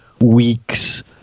weeks